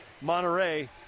Monterey